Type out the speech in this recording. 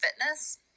fitness